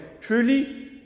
Truly